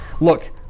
look